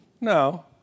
No